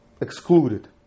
Excluded